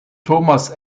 thomas